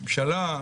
הממשלה,